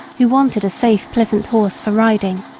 who wanted a safe, pleasant horse for riding.